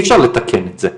אי אפשר לתקן את זה.